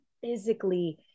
physically